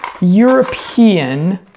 European